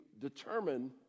determine